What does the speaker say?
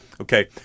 Okay